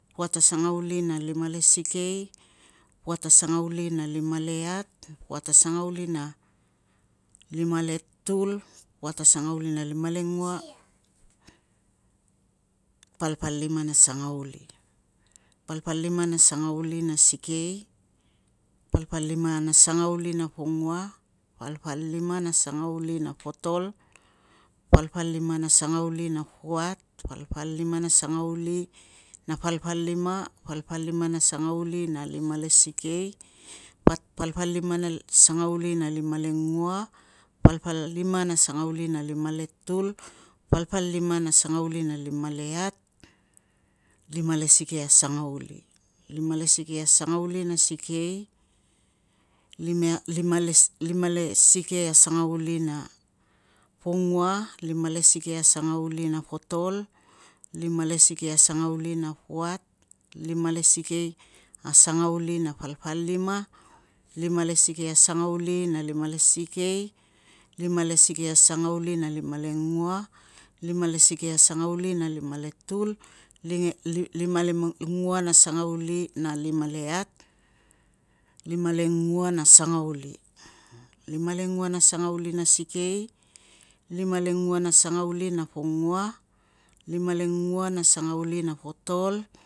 Puat a sangauli na lima le sikei, puat a sangauli na lima le iat, puat a sangauli na lima le tul, puat a sangauli na lima legua, palpalima na sangauli. Palpalima na sangauli na sikei, palpalima na sangauli na pongua, palpalima na sangauli na potol, palpalima na sangauli na puat, palpalima na sangauli na palpalima, palpalima na sangauli na lima le sikei, pal palima na sangauli na lima lengua, palpalima na sangauli na lima le tul, palpalima na sangauli na lima le iat, lima le sikei a sangauli. Lima le sikei a sangauli na sikei, lima le sikei a sangauli na pongua, limale sikei a sangauli na potol, lima le sikei a sangauli na puat, lima le sikei a sangauli na palpalima, lima le sikei a sangauli na lima le sikei, lima le sikei a sangauli na limalengua, lima le sikei a sangauli na lima le tul lima lengua na sangauli na lima le iat, lima lengua na sangauli. Lima lengua na sangauli na sikei, limalengua na sangauli na pongua, limalengua na sangauli na potol,